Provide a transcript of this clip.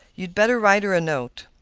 you'd better write her a note.